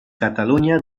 catalunya